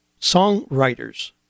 songwriters